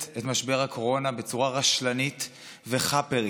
את משבר הקורונה בצורה רשלנית וחאפרית,